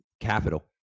capital